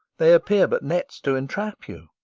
they appear but nets to entrap you.